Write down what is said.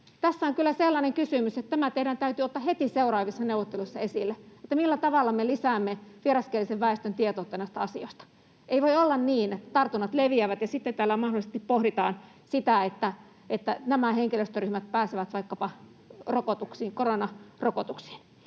Tässä on kyllä sellainen kysymys, että tämä teidän täytyy ottaa heti seuraavissa neuvotteluissa esille: millä tavalla me lisäämme vieraskielisen väestön tietoutta näistä asioista? Ei voi olla niin, että tartunnat leviävät ja sitten täällä mahdollisesti pohditaan sitä, että nämä henkilöstöryhmät pääsevät vaikkapa koronarokotuksiin.